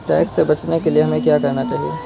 Tax से बचने के लिए हमें क्या करना चाहिए?